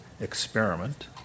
experiment